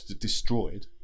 destroyed